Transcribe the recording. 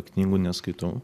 knygų neskaitau